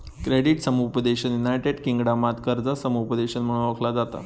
credit समुपदेशन united किंगडमात कर्जा समुपदेशन म्हणून ओळखला जाता